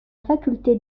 faculté